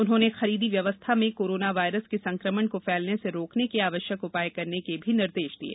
उन्होंने खरीदी व्यवस्था में कोरोना वायरस के संक्रमण को फैलने से रोकने के आवश्यक उपाय करने के भी निर्देश दिये